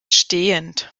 stehend